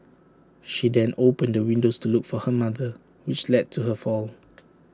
she then opened the windows to look for her mother which led to her fall